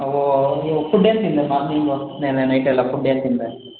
ಓಹ್ food ಏನು ತಿಂದೆ morning ನೆನ್ನೆ ನೈಟ್ ಎಲ್ಲ ಫುಡ್ ಏನು ತಿಂದೆ